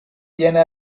viene